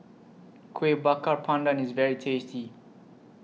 Kueh Bakar Pandan IS very tasty